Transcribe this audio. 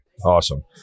awesome